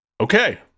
Okay